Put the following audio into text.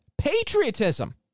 Patriotism